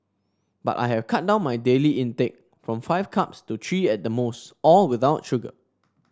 but I have cut down my daily intake from five cups to three at the most all without sugar